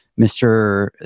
Mr